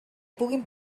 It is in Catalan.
puguin